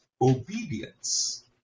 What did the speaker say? obedience